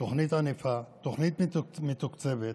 תוכנית ענפה, תוכנית מתוקצבת,